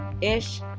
Ish